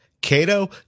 Cato